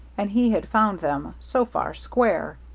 and he had found them, so far, square.